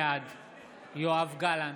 בעד יואב גלנט,